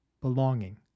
belonging